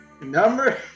number